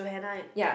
ya